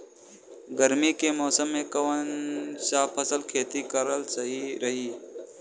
गर्मी के मौषम मे कौन सा फसल के खेती करल सही रही?